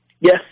Yes